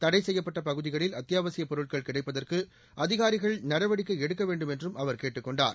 தடை செய்யப்பட்ட பகுதிகளில் அத்தியாவசியப் பொருட்கள் கிடைப்பதற்கு அதிகாரிகள் நடவடிக்கை எடுக்க வேண்டும் என்றும் அவர் கேட்டுக் கொண்டார்